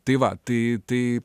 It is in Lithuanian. tai va tai tai